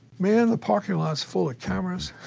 man the parking lot's full of cameras!